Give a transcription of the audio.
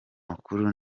makuru